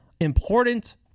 important